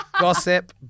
Gossip